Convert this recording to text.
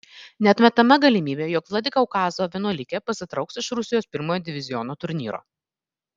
neatmetama galimybė jog vladikaukazo vienuolikė pasitrauks iš rusijos pirmojo diviziono turnyro